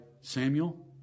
Samuel